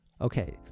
Okay